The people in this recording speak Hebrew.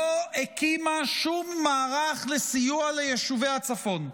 לא הקימה שום מערך לסיוע ליישובי הצפון,